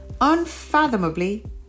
unfathomably